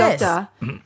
doctor